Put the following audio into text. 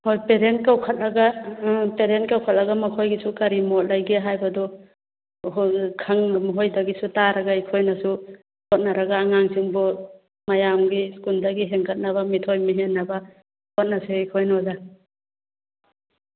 ꯍꯣꯏ ꯄꯦꯔꯦꯟ ꯀꯧꯈꯠꯂꯒ ꯎꯝ ꯄꯦꯔꯦꯟ ꯀꯧꯈꯠꯂꯒ ꯃꯈꯣꯏꯒꯤꯁꯨ ꯀꯔꯤ ꯃꯣꯠ ꯂꯥꯕꯒꯦ ꯍꯥꯏꯕꯗꯣ ꯃꯈꯣꯏꯗꯒꯤꯁꯨ ꯇꯥꯔꯥꯒ ꯑꯩꯈꯣꯏꯅꯁꯨ ꯍꯣꯠꯅꯔꯒ ꯑꯉꯥꯡꯁꯤꯡꯕꯨ ꯃꯌꯥꯝꯒꯤ ꯁ꯭ꯀꯨꯜꯗꯒꯤ ꯍꯦꯟꯒꯠꯅꯕ ꯃꯤꯊꯣꯏ ꯃꯤꯍꯦꯟꯅꯕ ꯍꯣꯠꯅꯁꯦ ꯑꯩꯈꯣꯏꯅ ꯑꯣꯖꯥ